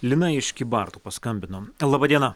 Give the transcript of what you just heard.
lina iš kybartų paskambino laba diena